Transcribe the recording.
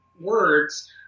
words